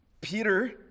Peter